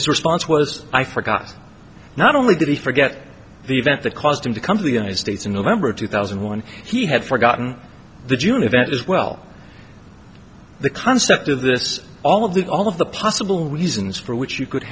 his response was i forgot not only did he forget the event that caused him to come to the united states in november two thousand and one he had forgotten the june event as well the concept of this all of the all of the possible reasons for which you could